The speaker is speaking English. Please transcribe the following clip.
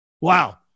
Wow